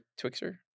Twixer